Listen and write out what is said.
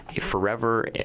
forever